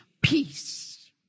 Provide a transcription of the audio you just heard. Peace